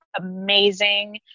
amazing